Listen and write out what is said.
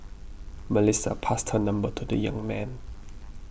Melissa passed her number to the young man